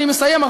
אני מסיים,